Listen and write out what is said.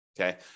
Okay